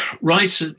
right